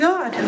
God